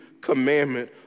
commandment